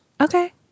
Okay